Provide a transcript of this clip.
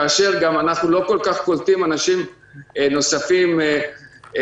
כאשר אנחנו גם לא כל כך קולטים אנשים נוספים שאנחנו